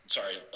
sorry